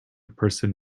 person